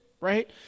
right